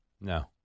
No